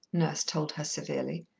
nurse told her severely.